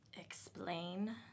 explain